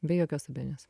be jokios abejonės